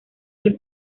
del